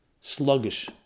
Sluggish